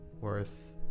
worth